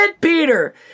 Peter